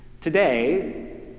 Today